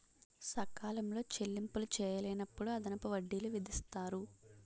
సకాలంలో చెల్లింపులు చేయలేనప్పుడు అదనపు వడ్డీలు విధిస్తారు